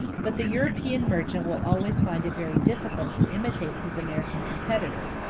but the european merchant will always find it very difficult to imitate his american competitor,